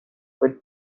would